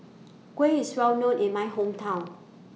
Kuih IS Well known in My Hometown